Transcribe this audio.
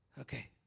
Okay